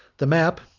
the map,